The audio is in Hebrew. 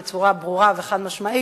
בצורה ברורה וחד-משמעית.